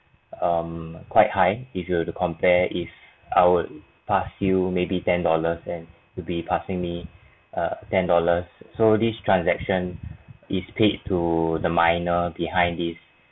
um quite high if you were to compare if I would pass you maybe ten dollars and you'll be passing me uh ten dollars so this transaction is paid to the minor behind this